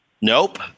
Nope